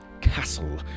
Castle